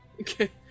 Okay